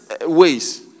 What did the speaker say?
ways